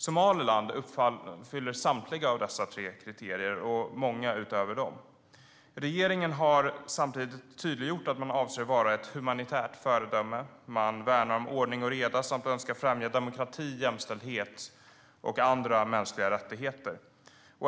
Somaliland uppfyller samtliga av dessa tre kriterier - och många utöver dem. Regeringen har samtidigt tydliggjort att man avser att vara ett humanitärt föredöme. Man värnar om ordning och reda samt önskar främja demokrati, jämställdhet och andra mänskliga rättigheter.